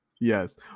Yes